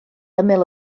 ymyl